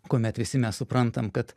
kuomet visi mes suprantam kad